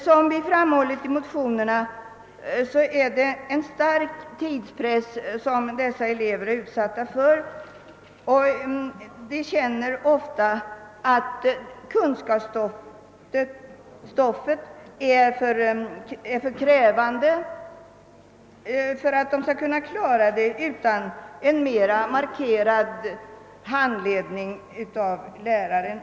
Som vi framhållit i motio nerna är eleverna utsatta för en stark tidspress. De känner ofta att kunskapsstoffet är för krävande för att de skall kunna klara det utan en mera markerad handledning av läraren.